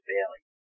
Bailey